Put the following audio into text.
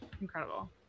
Incredible